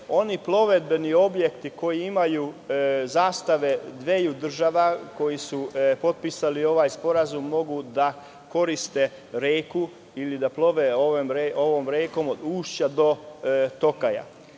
oni plovidbeni objekti koji imaju zastave dveju država koje su potpisale ovaj sporazum mogu da koriste reku ili da plove ovom rekom, od ušća do toka.